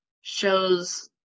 shows